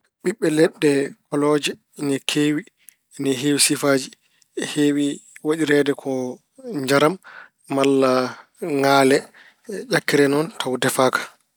Ɓiɓɓe leɗɗe kolooje ina keewi, ina heewi sifaaji. Heewi waɗirede ko njaram malla ŋalee, ƴakkire noon tawa ndefaaka.